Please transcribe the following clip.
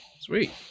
Sweet